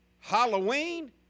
Halloween